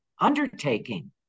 undertaking